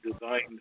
designed